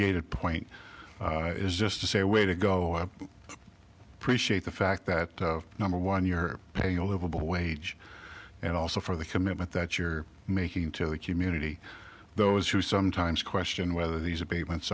gaited point is just to say way to go up appreciate the fact that number one you're paying a livable wage and also for the commitment that you're making to the community those who sometimes question whether these abatements